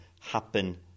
happen